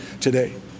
today